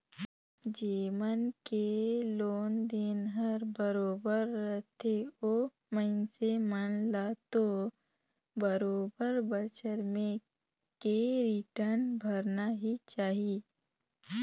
जेमन के लोन देन हर बरोबर रथे ओ मइनसे मन ल तो बरोबर बच्छर में के रिटर्न भरना ही चाही